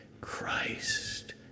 Christ